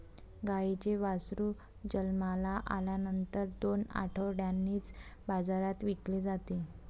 गाईचे वासरू जन्माला आल्यानंतर दोन आठवड्यांनीच बाजारात विकले जाते